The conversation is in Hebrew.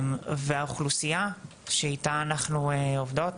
והאוכלוסייה שאיתה אנחנו עובדות,